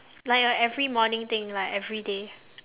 like a every morning thing like everyday